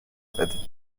دادیم